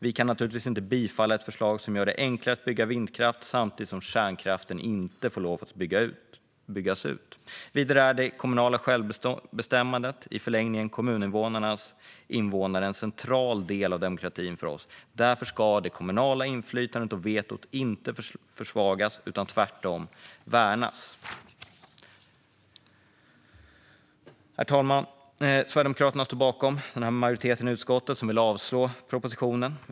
Vi kan naturligtvis inte bifalla ett förslag som gör det enklare att bygga vindkraft samtidigt som kärnkraften inte får byggas ut. Vidare är det kommunala självbestämmandet, i förlängningen kommunernas invånare, en central del av demokratin för oss. Därför ska det kommunala inflytandet och vetot inte försvagas utan tvärtom värnas. Herr talman! Sverigedemokraterna står bakom majoriteten i utskottet, som avstyrker propositionen.